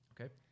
Okay